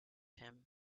him